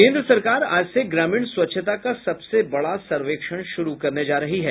केन्द्र सरकार आज से ग्रामीण स्वच्छता का सबसे बड़ा सर्वेक्षण शुरू करने जा रही है